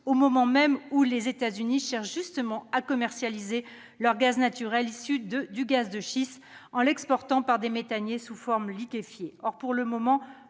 au moment même où les États-Unis cherchent précisément à commercialiser leur gaz naturel issu du gaz de schiste en l'exportant par le biais des méthaniers sous forme liquéfiée. Or, pour le moment,